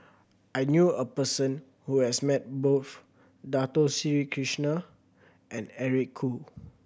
I knew a person who has met both Dato Sri Krishna and Eric Khoo